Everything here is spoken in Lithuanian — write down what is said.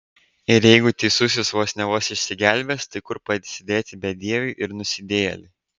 ir jeigu teisusis vos ne vos išsigelbės tai kur pasidėti bedieviui ir nusidėjėliui